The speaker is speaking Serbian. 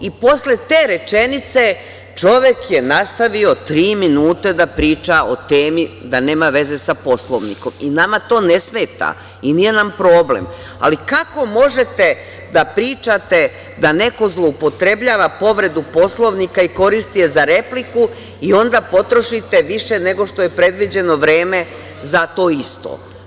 Posle te rečenice, čovek je nastavio tri minuta da priča o temi, a da nema veze sa Poslovnikom i nama to ne smeta i nije nam problem, ali kako možete da pričate da neko zloupotrebljava povredu Poslovnika i koristi je za repliku i onda potrošite više nego što je predviđeno vreme za to isto.